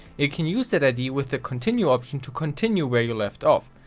you can use that id with the continue option to continue where you left off.